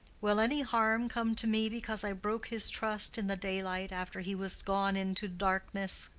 will any harm come to me because i broke his trust in the daylight after he was gone into darkness?